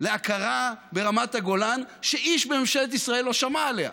להכרה ברמת הגולן, שאיש בממשלת ישראל לא שמע עליה,